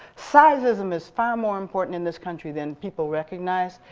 sizism is far more important in this country than people recognize.